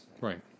Right